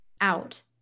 out